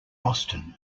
boston